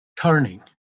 turning